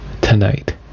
Tonight